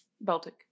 Baltic